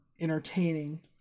entertaining